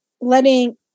letting